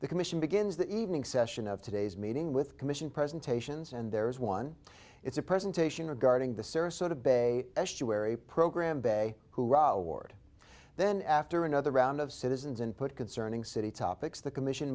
the commission begins the evening session of today's meeting with commission presentations and there is one it's a presentation regarding the sarasota bay estuary program bay who ra award then after another round of citizens and put concerning city topics the commission